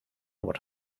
what